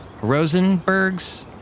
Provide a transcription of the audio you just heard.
Rosenbergs